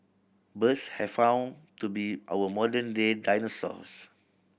birds have found to be our modern day dinosaurs